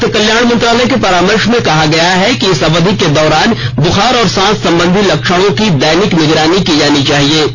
स्वास्थ्य कल्याण मंत्रालय के परामर्श में कहा गया है कि इस अवधि के दौरान बुखार और सांस संबंधी लक्षणों की दैनिक निगरानी की जानी चाहिए